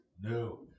No